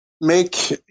make